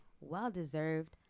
Well-deserved